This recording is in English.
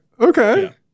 Okay